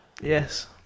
yes